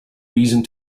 reason